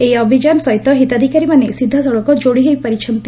ଏହି ଅଭିଯାନ ସହିତ ହିତାଧିକାରୀମାନେ ସିଧାସଳଖ ଯୋଡ଼ି ହୋଇପାରିଛନ୍ତି